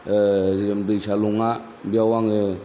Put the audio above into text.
जेरखम दैसा लङा बेयाव आङो